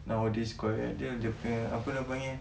noawadays korean idol dia punya apa diorang panggil